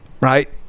Right